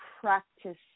practice